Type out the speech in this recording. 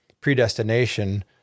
predestination